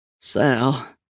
Sal